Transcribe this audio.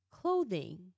clothing